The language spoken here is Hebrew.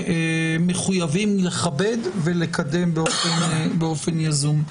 מחויבים לכבד ולקדם באופן יזום.